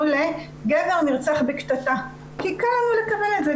ל'גבר נרצח בקטטה' כי קל לקבל את זה,